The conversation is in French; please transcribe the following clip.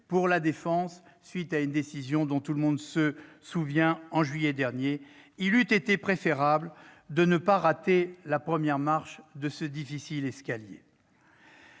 pour la défense, à la suite d'une décision dont tout le monde se souvient, en juillet dernier. Il eût été préférable de ne pas rater la première marche de ce difficile escalier.